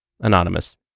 Anonymous